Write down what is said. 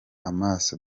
amaso